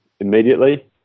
immediately